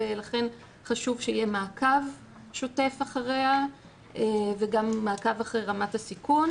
ולכן חשוב שיהיה מעקב שוטף אחריה וגם מעקב אחרי רמת הסיכון,